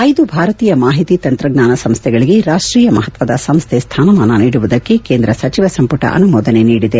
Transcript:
ಐದು ಭಾರತೀಯ ಮಾಹಿತಿ ತಂತ್ರಜ್ಞಾನ ಸಂಸ್ಟೆಗಳಿಗೆ ರಾಷ್ಟೀಯ ಮಹತ್ವದ ಸಂಸ್ದೆ ಸ್ಥಾನಮಾನ ನೀಡುವುದಕ್ಕೆ ಕೇಂದ್ರ ಸಚಿವ ಸಂಪುಟ ಅನುಮೋದನೆ ನೀಡಿದೆ